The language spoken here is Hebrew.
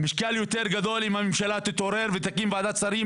ויהיה לה משקל יותר גדול אם הממשלה תתעורר ותקים ועדת שרים